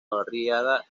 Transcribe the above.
barriada